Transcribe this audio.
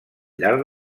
llarg